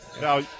Now